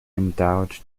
endowed